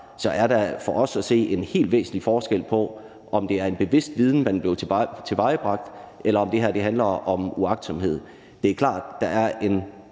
at der for os at se er en helt væsentlig forskel på, om det er en konkret viden, man er bevidst om man er blevet bibragt, eller om det her handler om uagtsomhed. Det er klart, at der er en